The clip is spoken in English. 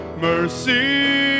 mercy